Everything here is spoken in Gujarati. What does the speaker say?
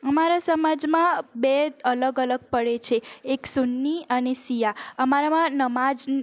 અમારા સમાજમાં બે અલગ અલગ પડે છે એક સુન્ની અને સિયા અમારામાં નમાઝ